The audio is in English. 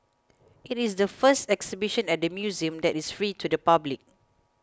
it is the first exhibition at the museum that is free to the public